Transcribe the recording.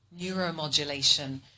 neuromodulation